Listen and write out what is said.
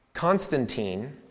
Constantine